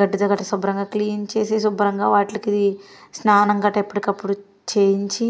గడ్డి తో కట్ట శుభ్రంగా క్లీన్ చేసి శుభ్రంగా వాటిలకి స్నానం గట్ట ఎప్పటికప్పుడు చేయించి